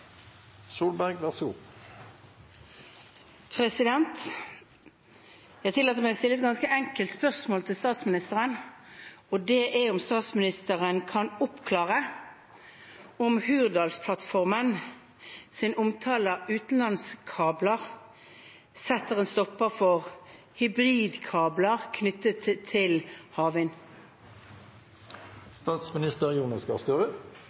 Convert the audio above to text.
Jeg tillater meg å stille et ganske enkelt spørsmål til statsministeren. Det er om statsministeren kan oppklare om Hurdalsplattformens omtale av utenlandskabler setter en stopper for hybridkabler knyttet til